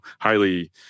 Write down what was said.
highly